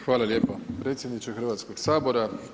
Hvala lijepo predsjedniče Hrvatskog sabora.